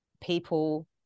people